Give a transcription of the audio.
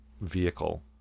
vehicle